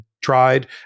Tried